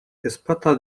ezpata